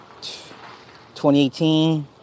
2018